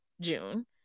June